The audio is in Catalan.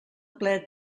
ple